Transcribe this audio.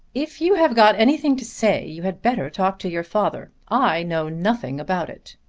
if you have got anything to say you had better talk to your father. i know nothing about it.